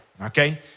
okay